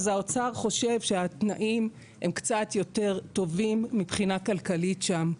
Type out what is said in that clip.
אז האוצר חושב שהתנאים הם קצת יותר טובים מבחינה כלכלית שם,